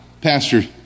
pastor